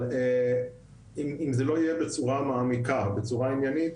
אבל אם זה לא יהיה בצורה מעמיקה, בצורה עניינית,